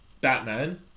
Batman